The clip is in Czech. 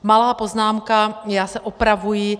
Malá poznámka, já se opravuji.